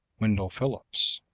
wendell phillips.